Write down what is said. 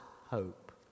hope